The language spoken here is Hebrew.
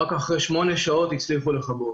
רק אחרי שמונה שעות הצליחו לכבות.